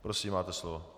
Prosím, máte slovo.